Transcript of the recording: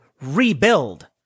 rebuild